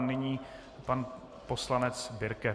Nyní pan poslanec Birke.